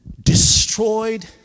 destroyed